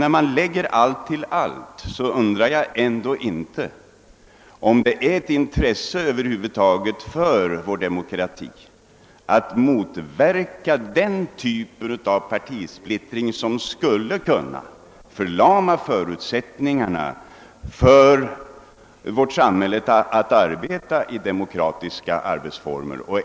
När man lägger allt till allt undrar jag ändå om det inte är ett intresse för vår demokrati att motverka den typ av partisplittring som skulle förlama förutsättningarna att i vårt samhälle verka med demokratiska arbetsformer.